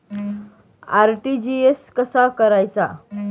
RTGS कसा करायचा?